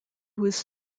was